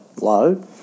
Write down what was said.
low